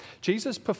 Jesus